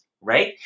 right